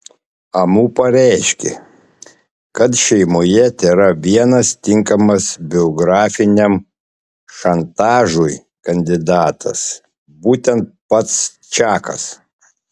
amu pareiškė kad šeimoje tėra vienas tinkamas biografiniam šantažui kandidatas būtent pats čakas